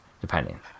depending